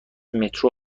مترو